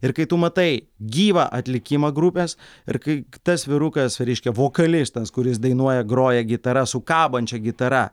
ir kai tu matai gyvą atlikimą grupės ir kai tas vyrukas reiškia vokalistas kuris dainuoja groja gitara su kabančia gitara